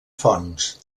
fonts